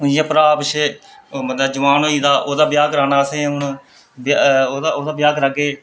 जि'यां भ्राऽ पिच्छें जोआन होई गेदा ओह्दा ब्याह् कराना असें हून ब्याह् ओह्दा ओह्दा ब्याह् कराई